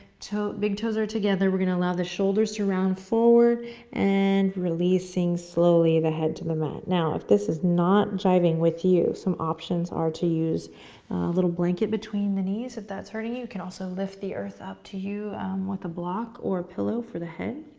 big toes are together, we're gonna allow the shoulders to round forward and releasing slowly the head to the mat. now, if this is not jiving with you, some options are to use a little blanket between the knees if that's hurting you, can also lift the earth up to you with a block or pillow for the head.